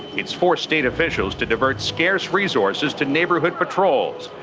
it's forced state officials to divert scarce resources to neighborhood patrols,